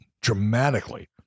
dramatically